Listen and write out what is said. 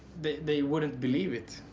they wouldn't believe it.